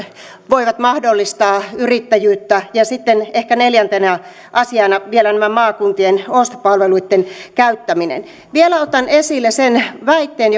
voivat mahdollistaa yrittäjyyttä ja sitten ehkä neljäntenä asiana vielä tämä maakuntien ostopalveluitten käyttäminen vielä otan esille sen väitteen